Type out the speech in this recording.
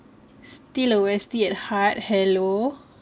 still a westie at heart hello